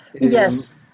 Yes